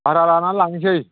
भारा लानानै लांनिसै